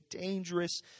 dangerous